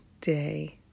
day